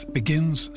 begins